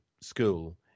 school